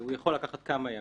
הוא יכול לקחת כמה ימים,